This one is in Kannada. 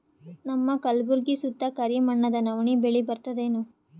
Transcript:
ನಮ್ಮ ಕಲ್ಬುರ್ಗಿ ಸುತ್ತ ಕರಿ ಮಣ್ಣದ ನವಣಿ ಬೇಳಿ ಬರ್ತದೇನು?